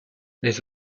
les